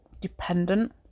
dependent